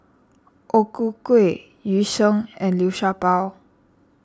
O Ku Kueh Yu Sheng and Liu Sha Bao